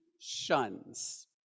shuns